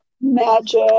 Magic